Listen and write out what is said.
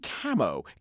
camo